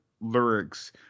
lyrics